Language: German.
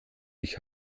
ich